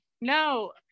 no